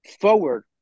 forward